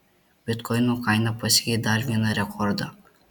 bitkoino kaina pasiekė dar vieną rekordą